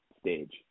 stage